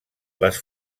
les